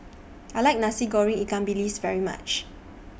I like Nasi Goreng Ikan Bilis very much